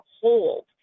hold